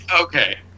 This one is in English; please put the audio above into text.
Okay